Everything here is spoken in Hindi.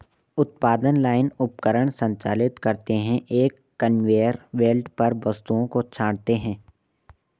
उत्पादन लाइन उपकरण संचालित करते हैं, एक कन्वेयर बेल्ट पर वस्तुओं को छांटते हैं